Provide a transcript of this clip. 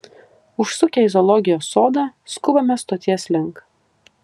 užsukę į zoologijos sodą skubame stoties link